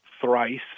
thrice